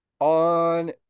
On